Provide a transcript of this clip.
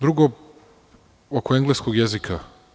Drugo, oko engleskog jezika.